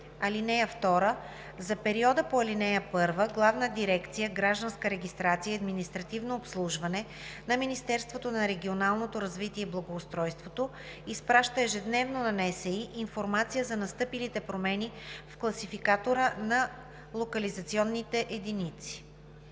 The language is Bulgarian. (2) За периода по ал. 1 Главна дирекция „Гражданска регистрация и административно обслужване“ на Министерството на регионалното развитие и благоустройството изпраща ежедневно на НСИ информация за настъпилите промени в класификатора на локализационните единици.“